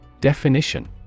Definition